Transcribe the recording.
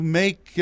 make